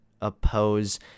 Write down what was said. oppose